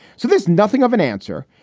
so there's nothing of an answer.